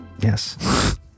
Yes